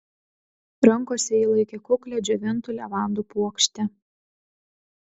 rankose ji laikė kuklią džiovintų levandų puokštę